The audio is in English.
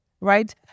right